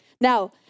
Now